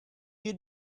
you